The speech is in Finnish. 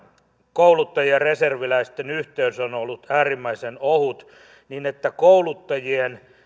kouluttajien ja reserviläisten yhteys on ollut äärimmäisen ohut kouluttajien